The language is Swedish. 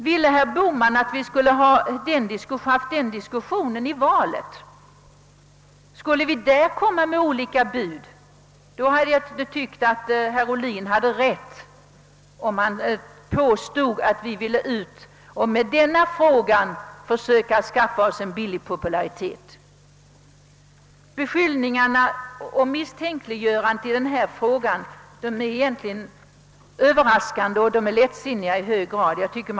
Tycker herr Bohman att vi i stället skulle fört den diskussionen under valrörelsen och då kommit med olika bud? I så fall skulle herr Ohlin ha rätt i sitt påstående att vi var ute efter en billig popularitet. Dessa beskyllningar och misstänkliggöranden i försvarsfrågan är Överraskande och i hög grad lättsinniga.